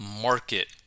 market